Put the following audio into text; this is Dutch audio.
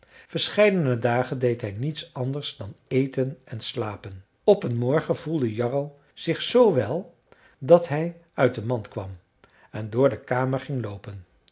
verscheidene dagen deed hij niet anders dan eten en slapen op een morgen voelde jarro zich zoo wel dat hij uit de mand kwam en door de kamer ging loopen